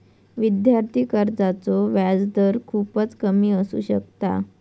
विद्यार्थी कर्जाचो व्याजदर खूपच कमी असू शकता